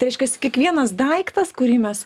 reiškiasi kiekvienas daiktas kurį mes